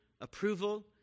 approval